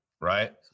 right